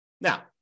Now